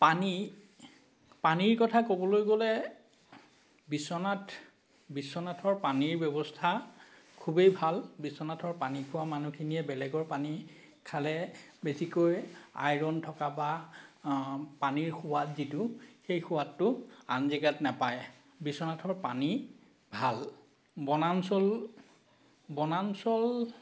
পানী পানীৰ কথা ক'বলৈ গ'লে বিশ্বনাথ বিশ্বনাথৰ পানীৰ ব্যৱস্থা খুবেই ভাল বিশ্বনাথৰ পানী খোৱা মানুহখিনিয়ে বেলেগৰ পানী খালে বেছিকৈ আইৰন থকা বা পানীৰ সোৱাদ যিটো সেই সোৱাদটো আন জেগাত নাপায় বিশ্বনাথৰ পানী ভাল বনাঞ্চল বনাঞ্চল